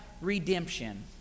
redemption